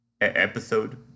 episode